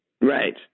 Right